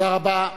תודה רבה.